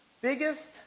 biggest